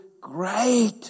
great